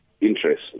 interest